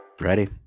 Ready